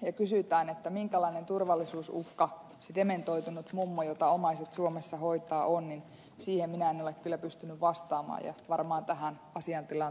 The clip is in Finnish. jolloin kysytään minkälainen turvallisuusuhka on se dementoitunut mummo jota omaiset suomessa hoitavat ja siihen minä en ole kyllä pystynyt vastaamaan ja varmaan tähän asiantilaan tulee korjaus